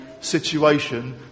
situation